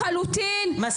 לחלוטין -- מסעות צלב?